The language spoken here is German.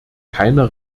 keiner